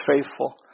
faithful